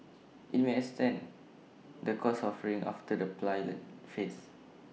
IT may expand the course offerings after the pilot phase